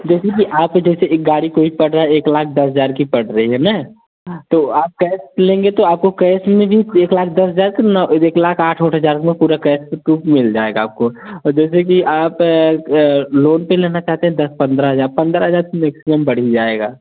जैसे कि आप जैसे एक गाड़ी कोई पड़ रहा है एक लाख दस हजार की पड़ रही है ना तो आप कैस लेंगे तो आपको कैस में भी एक लाख दस हजार की न अब एक लाख आठ उठ हजार में पूरा कैस की टूप मिल जाएगा आपको और जैसे कि आप लोन पे लेना चाहते हैं दस पंद्रह हजार पंद्रह हजार तो मैक्सियम बढ़ ही जाएगा